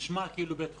נשמע כאילו בית חולים.